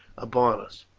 upon us.